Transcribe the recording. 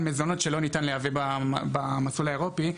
מזונות שלא ניתן לייבא במסלול האירופי.